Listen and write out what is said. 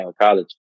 college